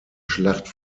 schlacht